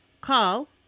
call